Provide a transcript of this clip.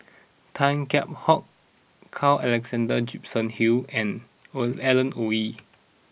Tan Kheam Hock Carl Alexander Gibson Hill and Alan Oei